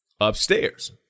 upstairs